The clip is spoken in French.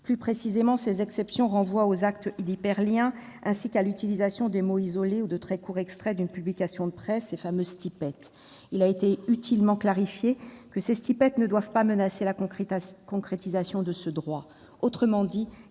Plus précisément, ces exceptions renvoient aux « actes d'hyperlien » ainsi qu'à « l'utilisation de mots isolés ou de très courts extraits d'une publication de presse », les fameux. Il a été utilement clarifié que les ne doivent pas menacer la concrétisation de ce droit ; autrement dit,